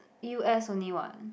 U_S only [what]